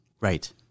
right